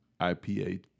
IPA